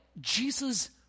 Jesus